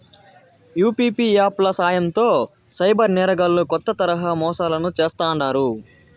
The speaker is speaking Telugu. యూ.పీ.పీ యాప్ ల సాయంతో సైబర్ నేరగాల్లు కొత్త తరహా మోసాలను చేస్తాండారు